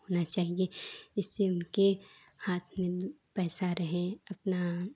होना चाहिए इससे उनके हाथ में पैसा रहे अपना